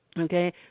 okay